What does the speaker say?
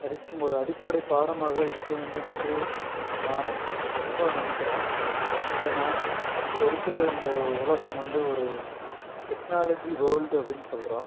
படிக்கும் ஒரு அடிப்படை பாடமாக இருக்க வேண்டும் என்று நான் ரொம்ப நம்புகிறேன் ஏனால் இப்போ இருக்கிற இந்த உலகம் வந்து ஒரு டெக்னாலஜி வேல்டு அப்படின்னு சொல்கிறோம்